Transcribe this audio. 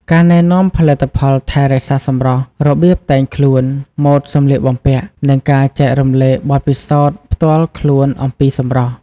ការណែនាំផលិតផលថែរក្សាសម្រស់ របៀបតែងខ្លួន ម៉ូតសម្លៀកបំពាក់ និងការចែករំលែកបទពិសោធន៍ផ្ទាល់ខ្លួនអំពីសម្រស់។